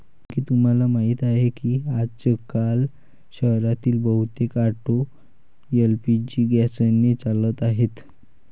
पिंकी तुला माहीत आहे की आजकाल शहरातील बहुतेक ऑटो एल.पी.जी गॅसने चालत आहेत